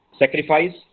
sacrifice